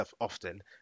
often